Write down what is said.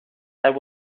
that